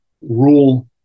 rule